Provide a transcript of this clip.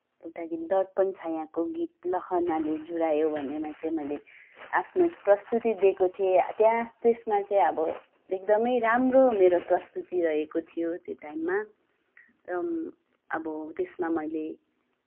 एउटा गीत दर्पण छाँयाको गीत लहनाले जुरायो भन्नेमा चाहिँ मैले आफ्नो प्रस्तुति दिएकी थिएँ त्यहाँ त्यसमा चाहिँ अब एकदमै राम्रो मेरो प्रस्तुति रहेको थियो त्यो टाइममा र अब त्यसमा मैले